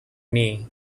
knee